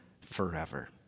forever